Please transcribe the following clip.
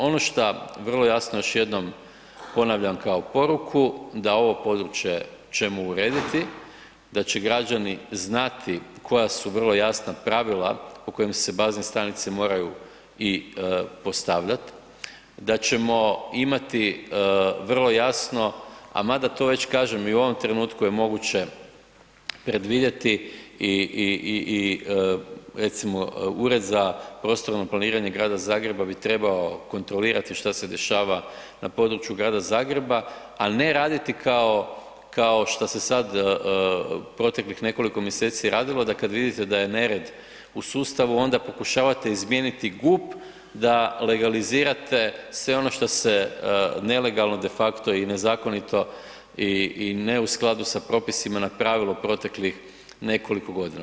Ono što vrlo jasno još jednom ponavljam kao poruku, da ovo područje ćemo urediti, da će građani znati koja su vrlo jasna pravila po kojem se bazne stanice moraju i postavljati, da ćemo imati vrlo jasno, a mada to već, kažem, i u ovom trenutku je moguće predvidjeti i, recimo, Ured za prostorno planiranje Grada Zagreba bi trebao kontrolirati što se dešava na području grada Zagreba, a ne raditi kao što se sad proteklih nekoliko mjeseci radilo, da kad vidite da je nered u sustavu, onda pokušavate izmijeniti GUP da legalizirate sve ono što se nelegalno de facto i nezakonito i ne u skladu s propisima napravilo proteklih nekoliko godina.